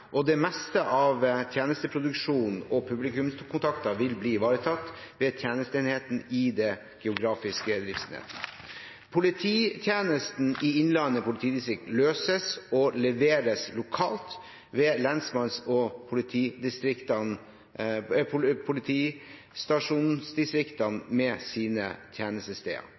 og det meste av tjenesteproduksjonen og publikumskontakten vil bli ivaretatt ved tjenesteenheten i den geografiske driftsenheten. Polititjenesten i Innlandet politidistrikt løses og leveres lokalt ved lensmanns- og politistasjonsdistriktene med sine tjenestesteder.